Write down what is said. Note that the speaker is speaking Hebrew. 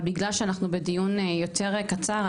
אבל בגלל שאנחנו בדיון יותר קצר,